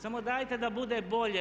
Samo dajte da bude bolje.